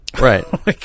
Right